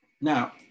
Now